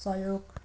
सहयोग